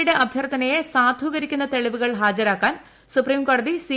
യുടെ അഭ്യർത്ഥനയെ സാധൂകരിക്കുന്ന തെളിവുകൾ ഹാജരാക്കാൻ സുപ്രീംകോടതി സി